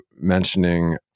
mentioning